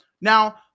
Now